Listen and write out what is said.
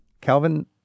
Calvin